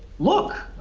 look,